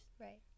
right